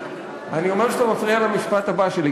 אני אומר שאתה מפריע למשפט הבא שלי,